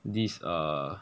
these uh